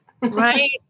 Right